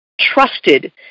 trusted